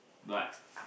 but